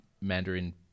mandarin